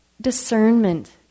discernment